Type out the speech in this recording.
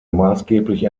maßgeblich